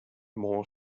more